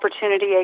opportunity